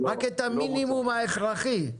רק את המינימום ההכרחי.